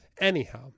Anyhow